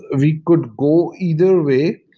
ah we could go either way.